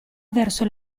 verso